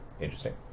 Interesting